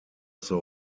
also